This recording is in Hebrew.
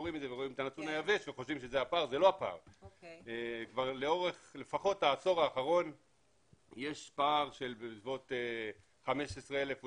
לפחות לאורך העשור האחרון יש פער בסביבות 15 אלף,